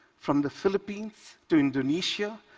from the philippines to indonesia,